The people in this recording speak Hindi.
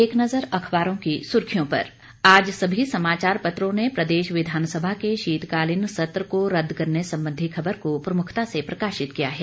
एक नज़र अखबारों की सुर्खियों पर आज सभी समाचार पत्रों ने प्रदेश विधानसभा के शीतकालीन सत्र को रदद करने संबंधी खबर को प्रमुखता से प्रकाशित किया है